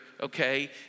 okay